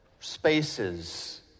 spaces